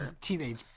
Teenage